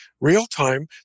real-time